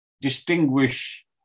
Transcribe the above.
distinguish